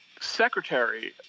secretary